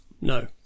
No